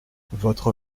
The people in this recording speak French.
votre